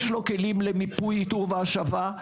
יש לו כלים למיפוי, איתור והשבה.